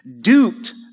duped